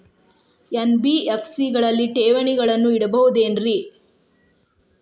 NBFC ಗಳಲ್ಲಿ ಠೇವಣಿಗಳನ್ನು ಇಡಬಹುದೇನ್ರಿ?